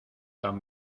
tan